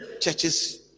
churches